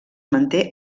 manté